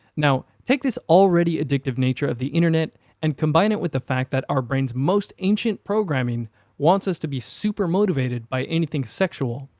now, take this already addictive nature of the internet and combine it with the fact that our brains' most ancient programming wants us to be super motivated by anything sexual,